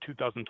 2012